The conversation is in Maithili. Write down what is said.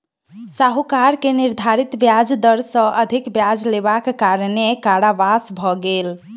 साहूकार के निर्धारित ब्याज दर सॅ अधिक ब्याज लेबाक कारणेँ कारावास भ गेल